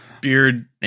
Beard